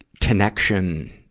connection,